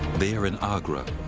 they're in agra,